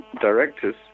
directors